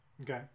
Okay